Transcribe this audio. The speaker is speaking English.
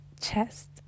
chest